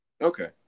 okay